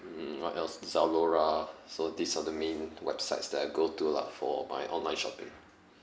mm what else zalora so these are the main websites that I go to lah for my online shopping